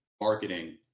marketing